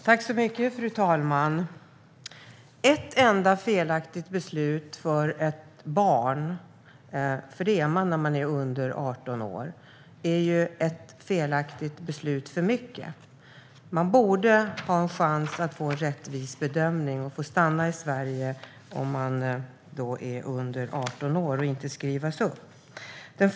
Fru talman! Ett enda felaktigt beslut för ett barn - för det är man när man är under 18 år - är ett felaktigt beslut för mycket. Man borde få en chans till en rättvis bedömning och få stanna i Sverige om man är under 18 år, inte få åldern uppjusterad.